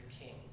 King